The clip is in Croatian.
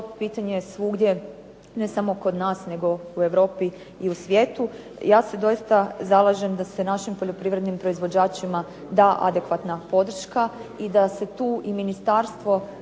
pitanje svugdje, ne samo kod nas nego u Europi i u svijetu ja se doista zalažem da se našim poljoprivrednim proizvođačima da adekvatna podrška i da se tu i ministarstvo